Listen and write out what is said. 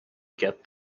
get